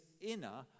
inner